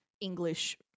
English